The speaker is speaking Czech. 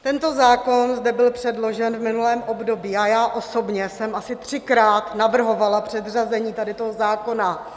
Tento zákon zde byl předložen v minulém období a osobně jsem asi třikrát navrhovala předřazení tady toho zákona.